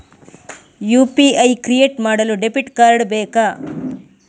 UPI create ಮಾಡಲು debit card ಬೇಕಾ?